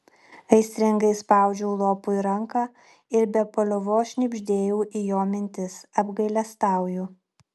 aistringai spaudžiau lopui ranką ir be paliovos šnibždėjau į jo mintis apgailestauju